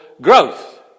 growth